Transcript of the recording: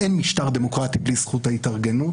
אין משטר דמוקרטי בלי זכות ההתארגנות